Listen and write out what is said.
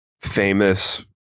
famous